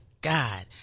God